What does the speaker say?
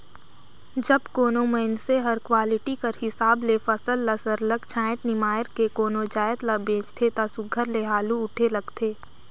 जब कोनो मइनसे हर क्वालिटी कर हिसाब ले फसल ल सरलग छांएट निमाएर के कोनो जाएत ल बेंचथे ता सुग्घर ले हालु उठे लगथे